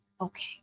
Okay